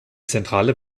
zentrale